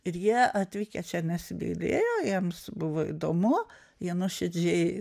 ir jie atvykę čia nesigailėjo jiems buvo įdomu jie nuoširdžiai